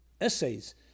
essays